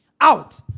out